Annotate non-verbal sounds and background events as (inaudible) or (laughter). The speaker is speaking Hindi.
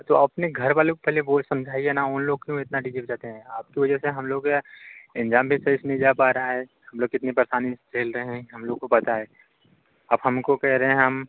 तो अपने घरवाले को वो समझाइए ना उन लोग क्यों इतना डी जे बजाते हैं आपकी वजह से हम लोग (unintelligible) इग्ज़ाम भी सही से नहीं जा पा रहा है हम लोग कितनी परेशानी झेल रहे हैं हम लोग को पता है आप हमको कह रहे हैं हम